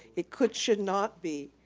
it could should not be,